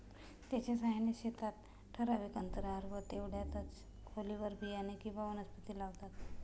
त्याच्या साहाय्याने शेतात ठराविक अंतरावर व तेवढ्याच खोलीवर बियाणे किंवा वनस्पती लावतात